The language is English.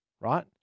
right